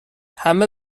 همه